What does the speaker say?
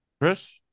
Chris